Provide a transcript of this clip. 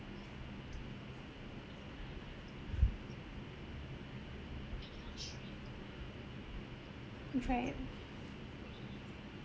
right